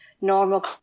normal